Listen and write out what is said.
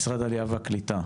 משרד העלייה והקליטה,